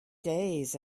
days